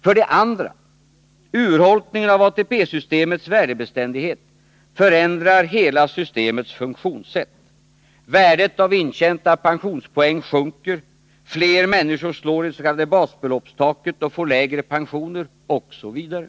För det andra: Urholkningen av ATP-systemets värdebeständighet förändrar hela systemets funktionssätt — värdet av intjänta pensionspoäng sjunker, fler människor slår i det s.k. basbeloppstaket och får lägre pensioner osv.